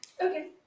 okay